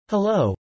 Hello